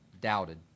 doubted